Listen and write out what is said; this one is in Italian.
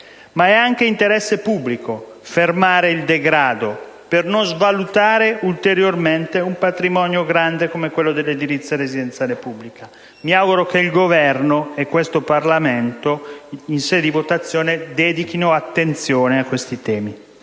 Ma è anche interesse pubblico fermare il degrado, per non svalutare ulteriormente un patrimonio grande come quello dell'edilizia residenziale pubblica. Mi auguro che il Governo e questo Parlamento, in sede di esame degli emendamenti, dedichino attenzione a questi temi.